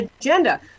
agenda